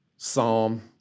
psalm